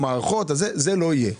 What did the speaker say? זה לא יהיה.